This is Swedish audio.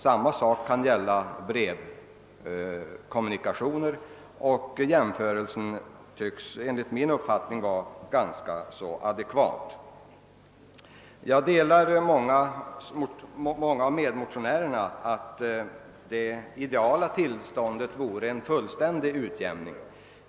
Samma sak kan gälla brevkommunikationer; den jämförelsen är enligt min uppfattning ganska adekvat. Jag delar den uppfattning många av motionärerna har, att det ideala vore en fullständig utjämning.